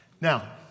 Now